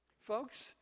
Folks